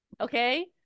Okay